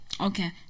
Okay